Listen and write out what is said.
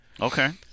Okay